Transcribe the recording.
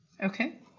Okay